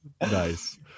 Nice